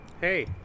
Hey